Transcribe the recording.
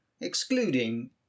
excluding